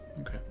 Okay